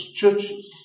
churches